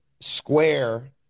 square